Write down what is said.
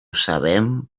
sabem